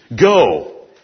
Go